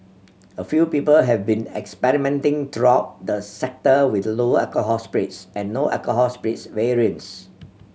a few people have been experimenting throughout the sector with lower alcohol spirits and no alcohol spirits variants